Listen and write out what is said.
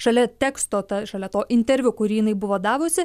šalia teksto ta šalia to interviu kurį jinai buvo davusi